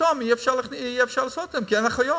ופתאום אי-אפשר לעשות את זה כי אין אחיות,